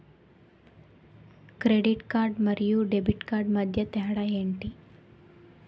Credit card మరియు debit card మధ్య తేడా ఎంటి?